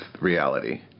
reality